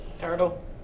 Turtle